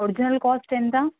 original cost ఎంత